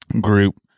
group